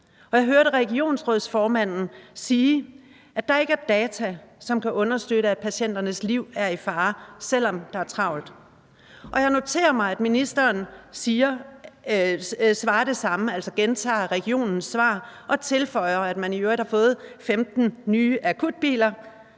jeg hørte regionsrådsformanden sige, at der ikke er data, som kan understøtte, at patienternes liv er i fare, selv om der er travlt. Og jeg noterer mig, at ministeren svarer det samme, altså gentager regionens svar, og tilføjer, at man i øvrigt har fået 15 nye akutbiler,